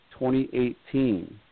2018